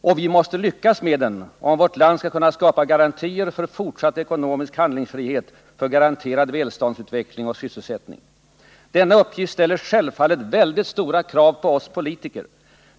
Och vi måste lyckas med den, om vårt land skall kunna skapa garantier för fortsatt ekonomisk handlingsfrihet, för garanterad Denna uppgift ställer självfallet väldigt stora krav på oss politiker.